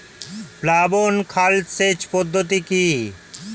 প্লাবন খাল সেচ পদ্ধতি কি?